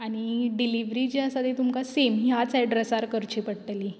आनी डिलिव्हरी जी आसा ती तुमकां सेम ह्याच एड्रेसार करची पडटली